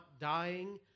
dying